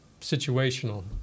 situational